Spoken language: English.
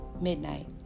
Midnight